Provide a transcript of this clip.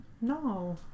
No